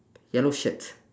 yellow shirt